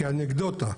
כאנקדוטה,